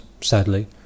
sadly